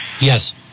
Yes